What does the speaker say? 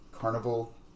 Carnival